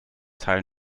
teil